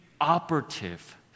operative